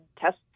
tests